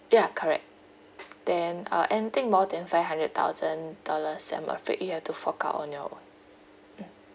ya correct then uh anything more than five hundred thousand dollars I'm afraid you have to fork out on your own mm